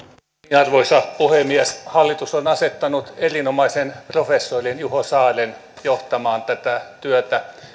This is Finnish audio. arvoisa puhemies hallitus on asettanut erinomaisen professorin juho saaren johtamaan tätä työtä